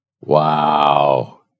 Wow